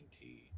tea